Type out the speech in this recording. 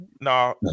No